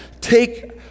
take